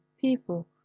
people